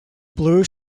blue